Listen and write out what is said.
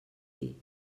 dir